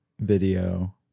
video